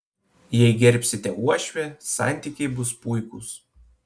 jei gerbsite uošvę santykiai bus puikūs